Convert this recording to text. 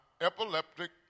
epileptic